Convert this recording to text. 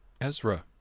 Ezra